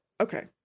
okay